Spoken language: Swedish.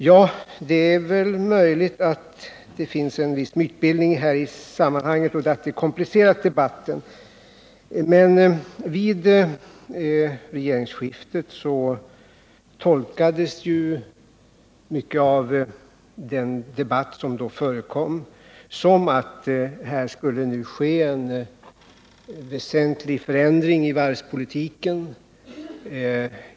Ja, det är väl möjligt att det finns en viss mytbildning i sammanhanget och att det komplicerat debatten. Men vid regeringsskiftet tolkades ju mycket av den debatt som då förekom som att det nu skulle ske en väsentlig förändring av varvspolitiken.